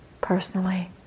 personally